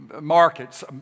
markets